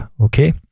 Okay